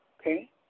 Okay